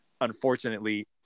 unfortunately